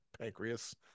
pancreas